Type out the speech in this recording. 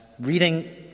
reading